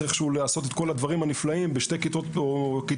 איכשהו לעשות את כל הדברים הנפלאים כשיש שתי כיתות בשכבה.